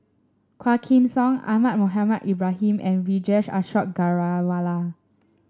Quah Kim Song Ahmad Mohamed Ibrahim and Vijesh Ashok Ghariwala